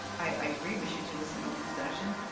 i agree we should do this in open session.